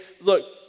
Look